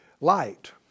light